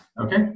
Okay